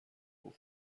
اون